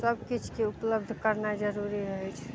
सब किछुके उपलब्ध करनाइ जरूरी रहय छै